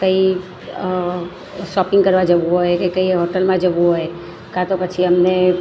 કંઈ શોપિંગ કરવા જવું હોય કે કંઈ હોટલમાં જવું હોય કાં તો પછી અમને